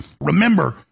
Remember